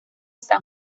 san